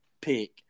pick